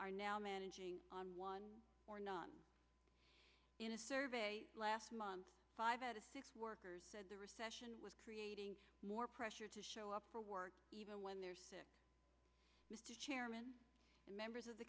are now managing on one or none in a survey last month five out of six workers said the recession was creating more pressure to show up for work even when they're sick mr chairman and members of the